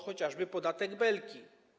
Chociażby podatek Belki.